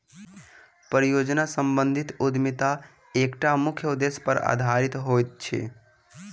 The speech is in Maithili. परियोजना सम्बंधित उद्यमिता एकटा मुख्य उदेश्य पर आधारित होइत अछि